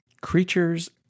creatures